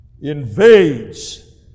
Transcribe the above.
invades